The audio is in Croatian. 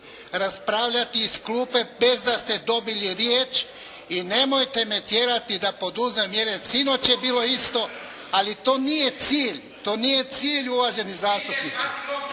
raspravljati iz klupe bez da ste dobili riječ i nemojte me tjerati da poduzmem mjere. Sinoć je bilo isto, ali to nije cilj. To nije cilj